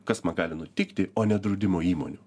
kas man gali nutikti o ne draudimo įmonių